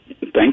Thank